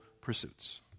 pursuits